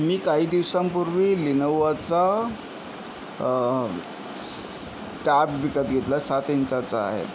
मी काही दिवसांपूर्वी लिनोवाचा स् टॅब विकत घेतला सात इंचाचा आहे